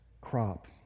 crop